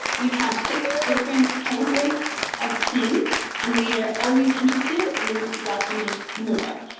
we've had six different cohorts of teams and we are always interested in welcoming more.